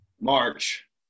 March